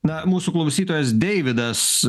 na mūsų klausytojas deividas